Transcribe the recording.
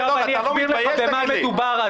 אסביר לך תיכף למה הכוונה.